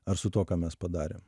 ar su tuo ką mes padarėm